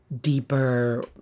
deeper